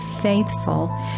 faithful